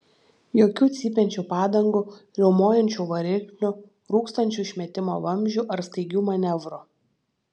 jokių cypiančių padangų riaumojančių variklių rūkstančių išmetimo vamzdžių ar staigių manevrų